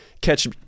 Catch